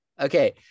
Okay